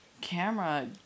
camera